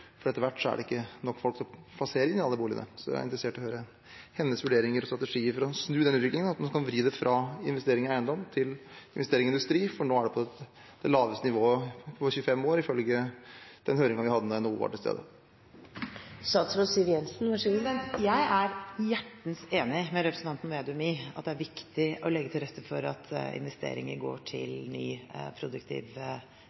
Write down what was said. Etter hvert vil det ikke være nok folk å plassere i alle boligene. Jeg er interessert i å høre hennes vurderinger og strategier for å snu utviklingen, slik at man kan vri den fra investeringer i eiendom til investeringer i industri, som nå er på det laveste nivået på 25 år, ifølge høringen vi hadde da NHO var til stede. Jeg er hjertens enig med representanten Vedum i at det er viktig å legge til rette for at investeringer går